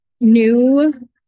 new